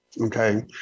Okay